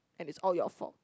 and it's all your fault